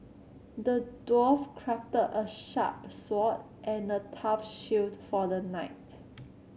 the dwarf crafted a sharp sword and a tough shield for the knight